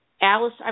Alice